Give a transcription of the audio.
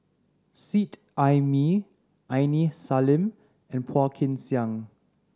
Seet Ai Mee Aini Salim and Phua Kin Siang